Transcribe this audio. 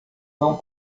não